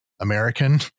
American